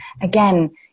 Again